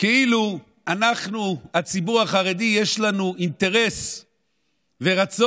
כאילו אנחנו, הציבור החרדי, יש לנו אינטרס ורצון,